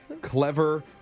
Clever